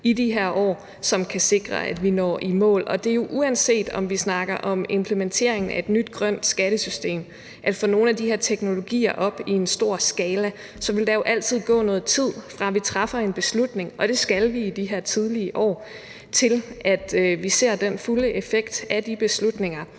i de her år, som kan sikre, at vi når i mål. Og uanset om vi snakker om implementering af et nyt grønt skattesystem eller om at få nogle af de her teknologier op i en stor skala, så vil der jo altid gå noget tid, fra vi træffer en beslutning – og det skal vi i de her tidlige år – til vi ser den fulde effekt af de beslutninger.